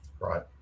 right